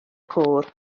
côr